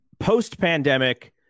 post-pandemic